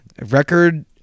record